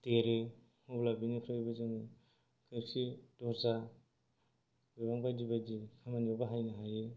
देरो अब्ला बेनिफ्रायबो जोङो खोरखि दरजा गोबां बायदि बायदि खामानियाव बाहायनो हायो